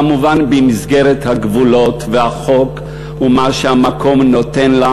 כמובן, במסגרת הגבולות והחוק ומה שהמקום נותן לה,